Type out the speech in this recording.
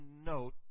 note